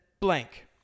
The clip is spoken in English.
Blank